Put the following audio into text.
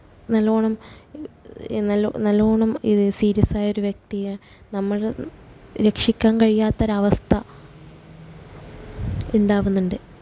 നല്ലവണ്ണം നല്ല നല്ലവണ്ണം ഇത് സീരിയസ്സായൊരു വ്യക്തിയെ നമ്മൾ രക്ഷിക്കാന് കഴിയാത്തൊരവസ്ഥ ഉണ്ടാകുന്നുണ്ട്